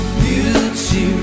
beauty